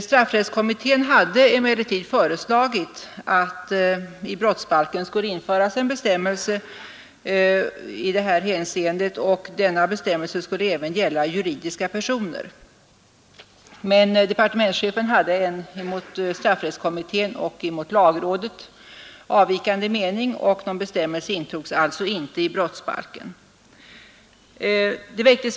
Straffrättskommittén hade emellertid föreslagit att en bestämmelse i det här hänseendet skulle införas i brottsbalken. Denna bestämmelse skulle även gälla juridiska personer. Departementschefen hade dock en mot straffrättskommittén och mot lagrådet avvikande mening, varför någon bestämmelse inte intogs i brottsbalken.